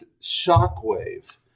shockwave